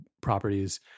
properties